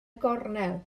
gornel